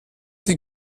die